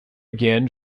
again